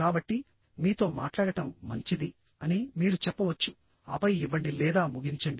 కాబట్టిమీతో మాట్లాడటం మంచిది అని మీరు చెప్పవచ్చుఆపై ఇవ్వండి లేదా ముగించండి